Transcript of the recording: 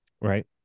Right